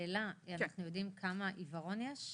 אנחנו יודעים כמה עיוורון יש?